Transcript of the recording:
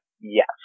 Yes